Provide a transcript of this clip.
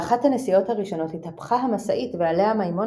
באחת הנסיעות הראשונות התהפכה המשאית ועליה מימון